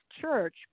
church